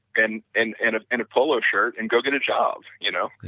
and and and ah and a polo shirt, and go get a job you know